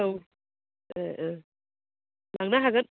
औ लांनो हागोन